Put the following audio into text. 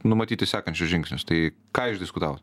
numatyti sekančius žingsnius tai ką išdiskutavot